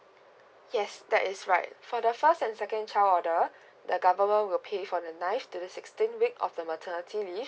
yes that's right for the first and second child order the government will pay for the ninth to sixteenth week of the maternity leave